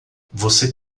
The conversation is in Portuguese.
você